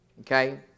okay